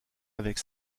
avec